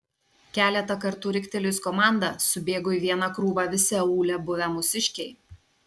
keletą kartų riktelėjus komandą subėgo į vieną krūvą visi aūle buvę mūsiškiai